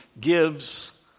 gives